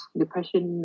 depression